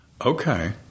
Okay